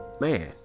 Man